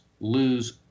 lose